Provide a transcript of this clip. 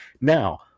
Now